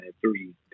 three